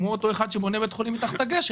כמו אותו אחד שבונה בית חולים מתחת לגשר,